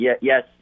yes